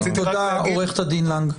תודה עו"ד לנג.